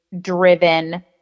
driven